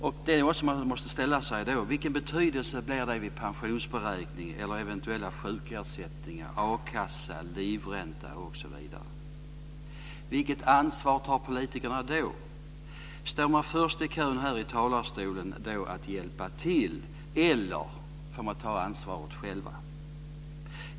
De frågor man måste ställa sig är: Vilken betydelse blir det vid pensionsberäkningen eller eventuella sjukersättningar, a-kassa, livränta osv.? Vilket ansvar tar politikerna då? Står man då först i kön här i talarstolen för att hjälpa till, eller får människor ta ansvaret själva?